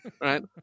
Right